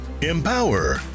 empower